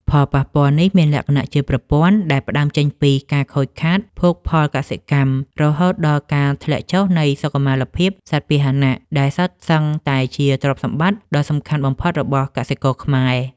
ផលប៉ះពាល់នេះមានលក្ខណៈជាប្រព័ន្ធ ដែលផ្ដើមចេញពីការខូចខាតភោគផលកសិកម្ម រហូតដល់ការធ្លាក់ចុះនៃសុខុមាលភាពសត្វពាហនៈ ដែលសុទ្ធសឹងតែជាទ្រព្យសម្បត្តិដ៏សំខាន់បំផុតរបស់កសិករខ្មែរ។